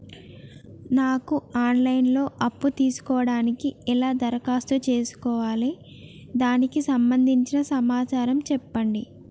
నాకు online లో అప్పు తీసుకోవడానికి ఎలా దరఖాస్తు చేసుకోవాలి దానికి సంబంధించిన సమాచారం చెప్పండి?